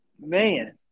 man